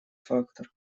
фактор